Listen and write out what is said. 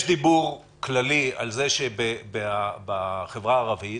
יש דיבור כללי על כך שבחברה הערבית